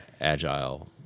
agile